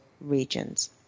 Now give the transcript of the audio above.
Regions